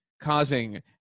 causing